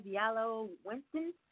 Diallo-Winston